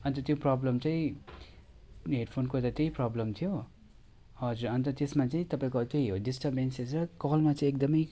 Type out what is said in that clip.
अन्त त्यो प्रब्लम चाहिँ हेडफोनको त त्यही प्रब्लम थियो हजुर अन्त त्यसमा चाहिँ तपाईँको त्यही हो डिस्टरबेन्सेस र कलमा चाहिँ एकदमै